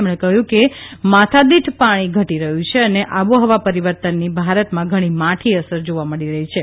તેમણે કહ્યું કે માથાદીઠ પાણી ઘટી રહ્યું છે અને આબોહવા પરિવર્તનની ભારતમાં ઘણી માઠી અસર જોવા મળી રહી છે